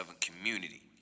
community